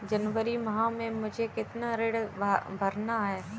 जनवरी माह में मुझे कितना ऋण भरना है?